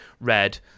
red